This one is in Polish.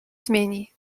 zmieni